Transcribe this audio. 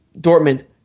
Dortmund